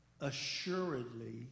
assuredly